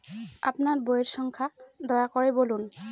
আপনার বইয়ের সংখ্যা দয়া করে বলুন?